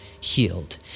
healed